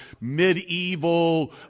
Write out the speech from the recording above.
medieval